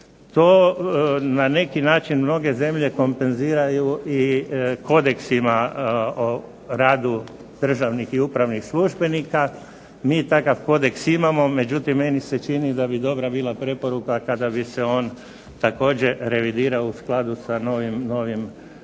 To na neki način mnoge zemlje kompenziraju i kodeksima o radu državnih i upravnih službenika. Mi takav kodeks imamo. Međutim, meni se čini da bi dobra bila preporuka kada bi se on također revidirao u skladu sa novim zakonom